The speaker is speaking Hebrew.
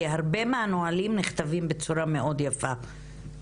כי הרבה מהנהלים נכתבים בצורה מאוד יפה,